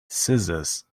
scissors